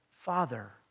Father